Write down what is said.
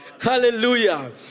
Hallelujah